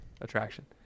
attraction